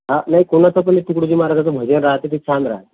हा नाही कोणाचं पण तुकडोजी महाराजांचं भजन राहते ते छान राहते